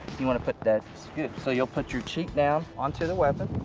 you wanna put that good, so you'll put your cheek down onto the weapon.